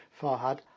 Farhad